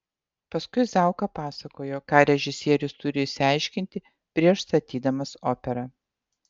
paskui zauka pasakojo ką režisierius turi išsiaiškinti prieš statydamas operą